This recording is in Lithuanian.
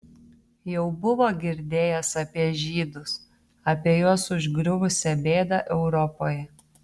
jau buvo girdėjęs apie žydus apie juos užgriuvusią bėdą europoje